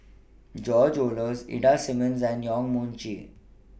George Oehlers Ida Simmons and Yong Mun Chee